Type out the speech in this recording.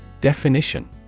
Definition